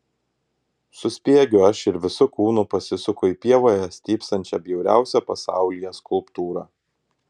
suspiegiu aš ir visu kūnu pasisuku į pievoje stypsančią bjauriausią pasaulyje skulptūrą